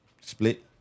split